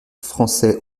français